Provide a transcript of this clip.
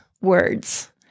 words